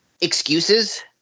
excuses